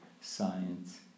science